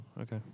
Okay